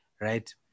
right